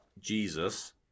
Jesus